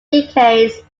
decades